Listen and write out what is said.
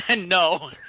No